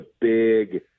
big